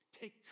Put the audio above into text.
Take